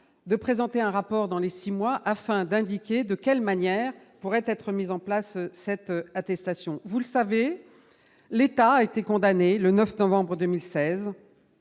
de présenter un rapport dans les 6 mois afin d'indiquer de quelle manière, pourrait être mis en place cette attestation vous le savez, l'État a été condamné le 9 novembre 2016.